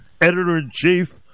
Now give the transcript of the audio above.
editor-in-chief